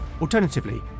Alternatively